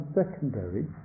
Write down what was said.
secondary